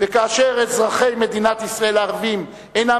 וכאשר אזרחי מדינת ישראל הערבים אינם